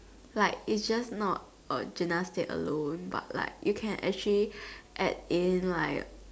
like it's just not uh gymnastics alone but like you can actually add in like